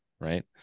Right